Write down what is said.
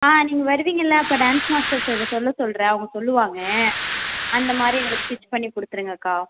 ஆ நீங்கள் வருவிங்கள்ளல அப்போ டான்ஸ் மாஸ்டர்கிட்ட சொல்ல சொல்கிறேன் அவங்க சொல்லுவாங்க அந்த மாதிரி எங்களுக்கு ஸ்டிச் பண்ணி கொடுத்துருங்கக்கா